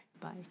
Bye